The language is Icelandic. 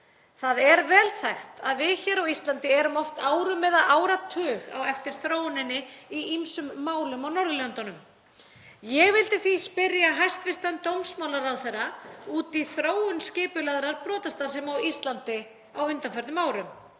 Það er vel þekkt að við hér á Íslandi erum oft árum eða áratug á eftir þróuninni í ýmsum málum á Norðurlöndum. Ég vildi því spyrja hæstv. dómsmálaráðherra út í þróun skipulagðrar brotastarfsemi á Íslandi á undanförnum árum